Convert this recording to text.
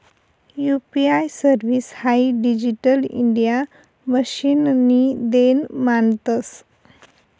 UPI service हाई digital India मिशननी देन मानतंस